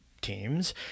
teams